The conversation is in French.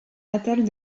natale